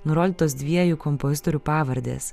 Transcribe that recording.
nurodytos dviejų kompozitorių pavardes